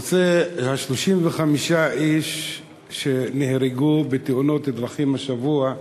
הנושא 35 איש שנהרגו בתאונות דרכים השבוע,